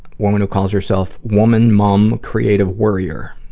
woman who calls herself woman mom creative worrier,